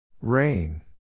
Rain